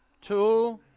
two